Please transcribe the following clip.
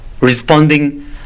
Responding